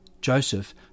Joseph